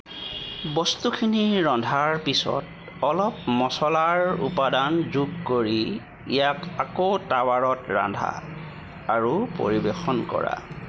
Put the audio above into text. বস্তুখিনি ৰন্ধাৰ পিছত অলপ মছলাৰ উপাদান যোগ কৰি ইয়াক আকৌ টাৱাত ৰান্ধা আৰু পৰিৱেশন কৰা